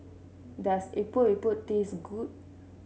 does Epok Epok taste good